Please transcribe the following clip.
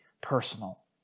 personal